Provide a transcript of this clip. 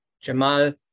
Jamal